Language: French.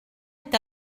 est